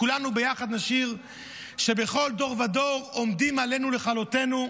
כולנו ביחד נשיר שבכל דור ודור עומדים עלינו לכלותנו,